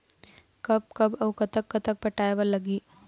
कब कब अऊ कतक कतक पटाए बर लगही